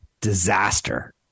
disaster